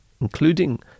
including